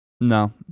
No